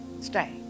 Stay